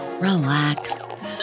relax